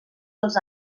els